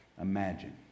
imagine